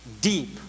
deep